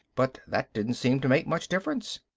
but that didn't seem to make much difference.